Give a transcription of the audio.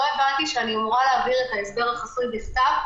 לא הבנתי שאני אמורה להעביר את ההסבר החסוי בכתב,